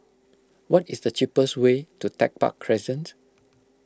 what is the cheapest way to Tech Park Crescent